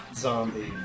Zombie